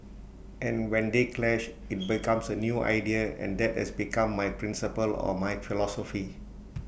and when they clash IT becomes A new idea and that has become my principle or my philosophy